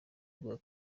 bwa